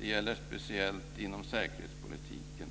Det gäller speciellt inom säkerhetspolitiken.